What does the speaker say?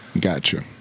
Gotcha